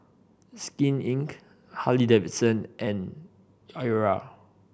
Skin Inc Harley Davidson and